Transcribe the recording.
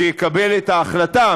שיקבל את ההחלטה,